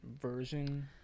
version